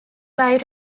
buy